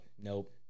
nope